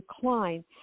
decline